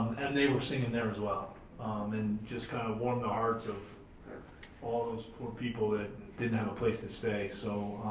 and they were singing there as well um and just kind of warmed the hearts of all those poor people that didn't have a place to stay. so,